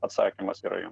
atsakymas yra jum